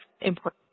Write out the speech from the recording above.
important